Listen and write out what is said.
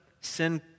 Sin